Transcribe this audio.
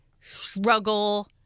struggle